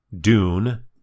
Dune